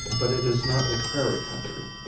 but it is not a prairie country.